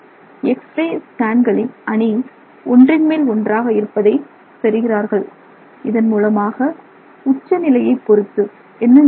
X ray ஸ்கேன்களின் அணி ஒன்றின் மேல் ஒன்றாக இருப்பதை பெறுகிறார்கள் இதன் மூலமாக உச்ச நிலையைப் பொருத்து என்ன நிகழ்கிறது